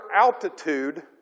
altitude